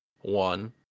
one